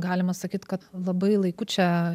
galima sakyt kad labai laiku čia